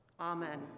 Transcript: Amen